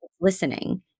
listening